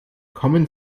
kommen